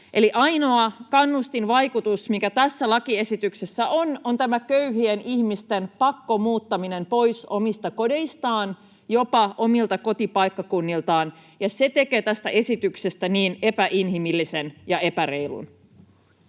ainoa kannustinvaikutus, mikä tässä lakiesityksessä on, on tämä köyhien ihmisten pakkomuuttaminen pois omista kodeistaan, jopa omilta kotipaikkakunniltaan, ja se tekee tästä esityksestä niin epäinhimillisen ja epäreilun.